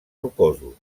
rocosos